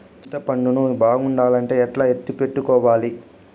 చింతపండు ను బాగుండాలంటే ఎట్లా ఎత్తిపెట్టుకోవాలి?